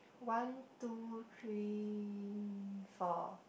one two three four